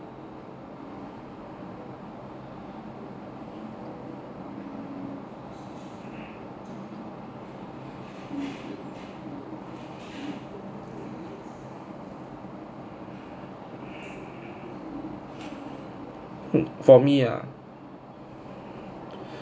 for me ah